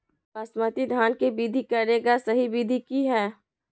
बासमती धान के खेती करेगा सही विधि की हय?